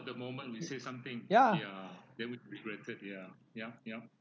ya